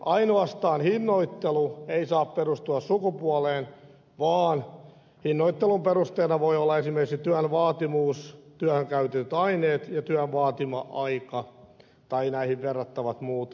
ainoastaan hinnoittelu ei saa perustua sukupuoleen vaan hinnoittelun perusteena voi olla esimerkiksi työn vaativuus työhön käytetyt aineet ja työn vaatima aika tai näihin verrattavat muut syyt